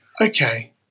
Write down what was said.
Okay